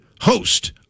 host